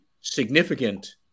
significant